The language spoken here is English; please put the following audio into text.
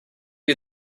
you